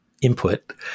input